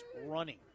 running